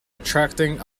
attracting